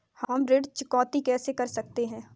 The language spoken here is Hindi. हम ऋण चुकौती कैसे कर सकते हैं?